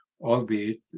Albeit